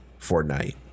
Fortnite